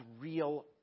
real